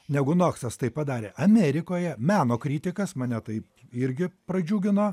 negu noksas tai padarė amerikoje meno kritikas mane tai irgi pradžiugino